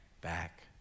back